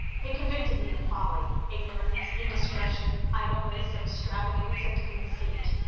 they convicted me of folly, ignorance, indiscretion, idleness, extravagance, and conceit.